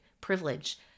privilege